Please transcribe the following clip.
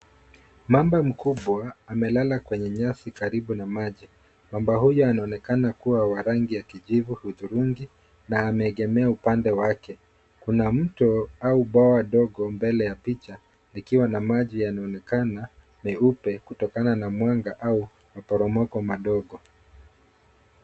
Mamba mkumbwa amelala kwenye nyasi karibu na maji. Mamba huyu anaonekana kuwa wa rangi ya kijivu, hudhurungi na ameegemea upande wake kuna mto au bwawa dogo mbele ya picha ikiwa na maji yanaonekana meupe kutokana na mwanga au maporomoko madogo.